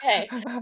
Okay